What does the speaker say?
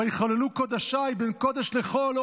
ויחללו קודשי בין קודש לחול,